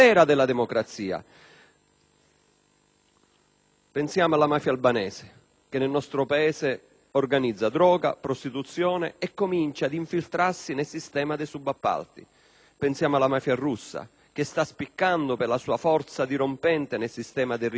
Pensiamo alla mafia albanese, che nel nostro Paese organizza droga, prostituzione e comincia ad infiltrarsi nel sistema dei subappalti; alla mafia russa, che sta spiccando per la sua forza dirompente nel sistema del riciclaggio, anche nel nostro Paese;